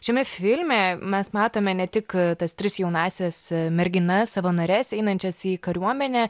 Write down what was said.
šiame filme mes matome ne tik tas tris jaunąsias merginas savanores einančias į kariuomenę